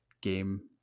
game